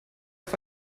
auf